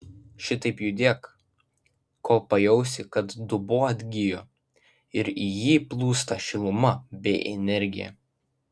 šitaip judėk kol pajausi kad dubuo atgijo ir į jį plūsta šiluma bei energija